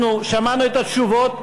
אנחנו שמענו את התשובות.